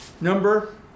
Number